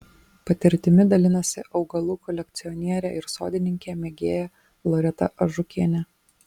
patirtimi dalinasi augalų kolekcionierė ir sodininkė mėgėja loreta ažukienė